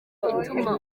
ituma